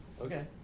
Okay